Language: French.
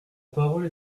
parole